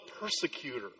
persecutor